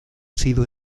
sido